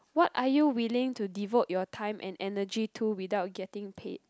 what are you willing to devote your time and energy to without getting paid